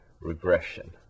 regression